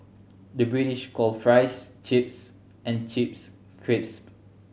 the British calls fries chips and chips crisp